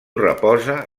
reposa